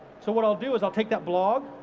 so what i'll do is i'll take that blog,